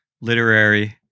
literary